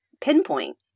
pinpoint